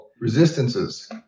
resistances